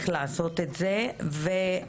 את יכולה גם במקרה הזה,